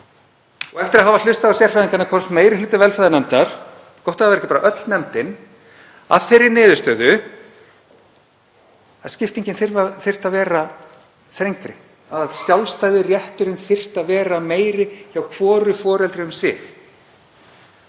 Og eftir að hafa hlustað á sérfræðingana komst meiri hluti velferðarnefndar, gott ef ekki bara öll nefndin, að þeirri niðurstöðu að skiptingin þyrfti að vera þrengri, að sjálfstæði rétturinn þyrfti að vera meiri hjá hvoru foreldri um sig.